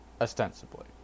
Ostensibly